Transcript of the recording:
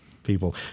people